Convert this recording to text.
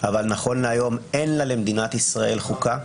אבל נכון להיום, אין למדינת ישראל חוקה.